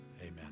Amen